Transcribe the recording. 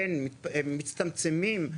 הם מצטמצמים,